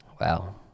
Wow